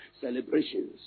celebrations